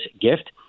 gift